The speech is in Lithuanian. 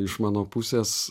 iš mano pusės